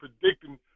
predicting